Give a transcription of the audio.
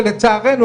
שלצערנו,